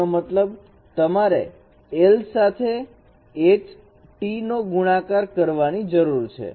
તેનો મતલબ તમારે l સાથે H T નો ગુણાકાર કરવાની જરૂર છે